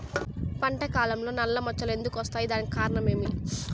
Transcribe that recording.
పంట కాలంలో నల్ల మచ్చలు ఎందుకు వస్తాయి? దానికి కారణం ఏమి?